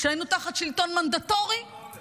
זה לא המולך, זה לא המלך.